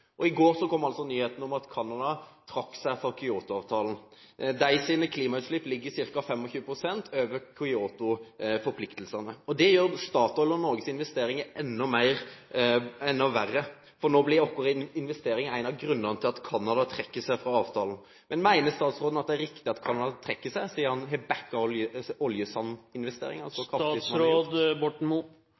rolle. I går kom altså nyheten om at Canada trakk seg fra Kyoto-avtalen. Deres klimautslipp ligger ca. 25 pst. over Kyoto-forpliktelsene. Det gjør Statoils og Norges investeringer enda verre, for nå blir vår investering en av grunnene til at Canada trekker seg fra avtalen. Mener statsråden at det er riktig at Canada trekker seg, siden han har